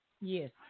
Yes